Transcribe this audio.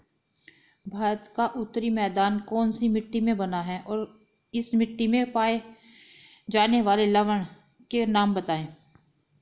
भारत का उत्तरी मैदान कौनसी मिट्टी से बना है और इस मिट्टी में पाए जाने वाले लवण के नाम बताइए?